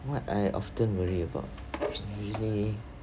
what I often worry about usually